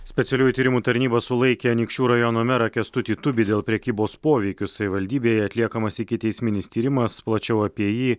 specialiųjų tyrimų tarnyba sulaikė anykščių rajono merą kęstutį tubį dėl prekybos poveikiu savivaldybėje atliekamas ikiteisminis tyrimas plačiau apie jį